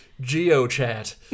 Geo-chat